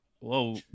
whoa